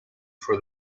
for